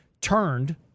turned